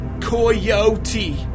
Coyote